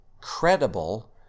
credible